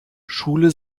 schule